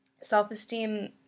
Self-esteem